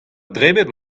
debret